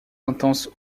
intenses